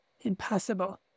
Impossible